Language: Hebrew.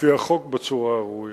לפי החוק בצורה הראויה,